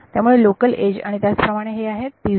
त्यामुळे local age आणि त्याच प्रमाणे हे आहेत